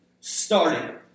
starting